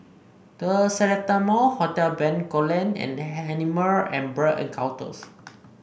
The Seletar Mall Hotel Bencoolen and Animal and Bird Encounters